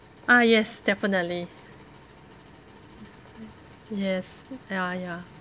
ah yes definitely yes ya ya